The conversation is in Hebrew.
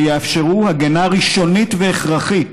שיאפשרו הגנה ראשונית והכרחית